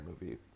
movie